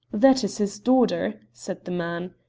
that is his daughter, said the man.